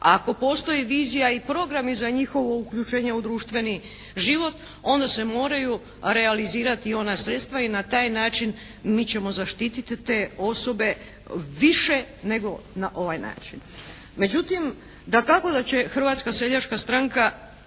ako postoji vizija i programi za njihovo uključenje u društveni život onda se moraju realizirati ona sredstva i na taj način mi ćemo zaštiti te osobe više nego na ovaj način. Međutim dakako da će Hrvatska seljačka stranka,